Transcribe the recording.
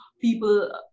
people